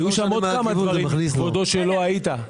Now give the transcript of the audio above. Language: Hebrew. היו שם עוד כמה דברים כשלא היית,